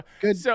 good